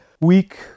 week